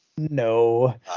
No